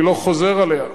אני לא חוזר עליה.